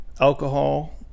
alcohol